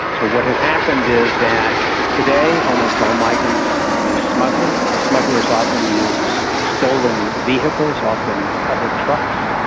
so what has happened is that today almost all migrants use smugglers, the smugglers often use stolen vehicles, often covered trucks.